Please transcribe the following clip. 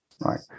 right